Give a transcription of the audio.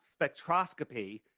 spectroscopy